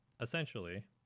essentially